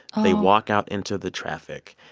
they walk out into the traffic,